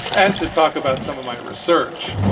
and to talk about some of my research.